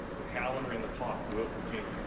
the calendar and the clock will continue.